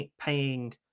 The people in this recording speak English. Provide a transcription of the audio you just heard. paying